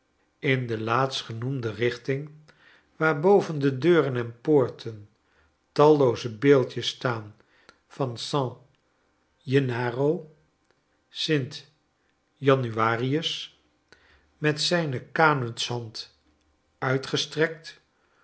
in de laatstgenoemde richting waar boven de deuren en poorten tallooze beeldjes staan van san gennaro st januarius met zijne canut's hand uitgestrekt